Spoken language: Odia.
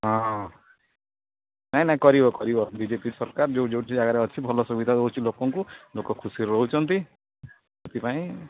ହଁ ନାଇଁ ନାଇଁ କରିବ କରିବ ବିଜେପି ସରକାର ଯେଉଁ ଯେଉଁ ଜାଗାରେ ଅଛି ଭଲ ସୁବିଧା ଦଉଛି ଲୋକଙ୍କୁ ଲୋକ ଖୁସି ରହୁଛନ୍ତି ସେଥିପାଇଁ